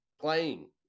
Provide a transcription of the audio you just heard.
playing